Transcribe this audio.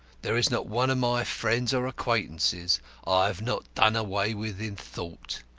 there is not one of my friends or acquaintances i have not done away with in thought.